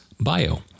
bio